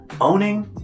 owning